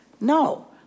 No